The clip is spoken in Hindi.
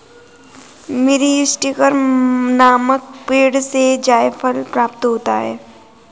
मीरीस्टिकर नामक पेड़ से जायफल प्राप्त होता है